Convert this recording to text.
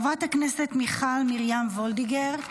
חברת הכנסת מיכל מרים וולדיגר,